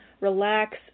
relax